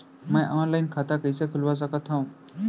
मैं ऑनलाइन खाता कइसे खुलवा सकत हव?